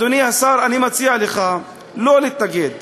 אדוני השר, אני מציע לך לא להתנגד.